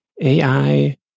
AI